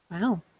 Wow